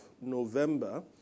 November